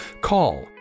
call